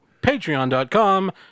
Patreon.com